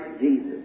Jesus